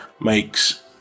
makes